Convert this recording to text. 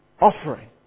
offering